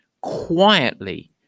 quietly